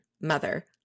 mother